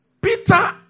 Peter